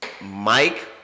Mike